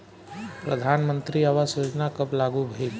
प्रधानमंत्री आवास योजना कब लागू भइल?